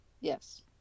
Yes